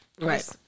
right